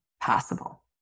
possible